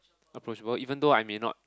approachable even though I may not